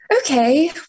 Okay